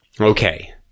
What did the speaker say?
okay